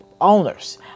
owners